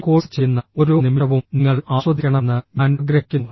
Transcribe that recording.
ഈ കോഴ്സ് ചെയ്യുന്ന ഓരോ നിമിഷവും നിങ്ങൾ ആസ്വദിക്കണമെന്ന് ഞാൻ ആഗ്രഹിക്കുന്നു